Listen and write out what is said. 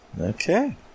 Okay